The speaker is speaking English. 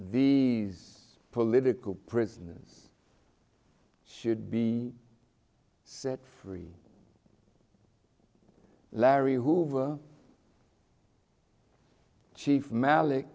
these political prisoners should be set free larry hoover chief malik